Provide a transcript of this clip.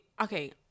okay